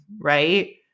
right